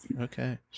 Okay